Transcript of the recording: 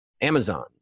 Amazon